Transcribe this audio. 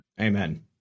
Amen